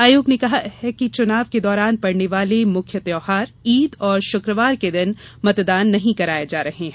आयोग ने कहा है कि चुनाव के दौरान पड़ने वाले मुख्य त्योहार ईद और शुक्रवार के दिन मतदान नहीं कराये जा रहे हैं